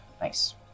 Nice